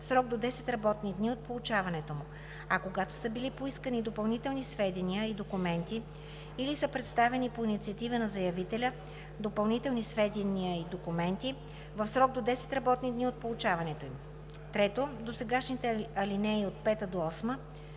срок до 10 работни дни от получаването му, а когато са били поискани допълнителни сведения и документи или са представени по инициатива на заявителя допълнителни сведения и документи – в срок до 10 работни дни от получаването им.“ 3. Досегашните ал. 5 – 8